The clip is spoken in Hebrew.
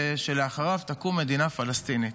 שלאחריו תקום מדינה פלסטינית.